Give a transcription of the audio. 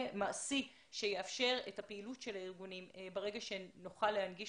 מעשי שיאפשר את הפעילות של הארגונים ברגע שנוכל להנגיש